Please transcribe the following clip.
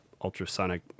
ultrasonic